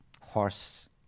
horse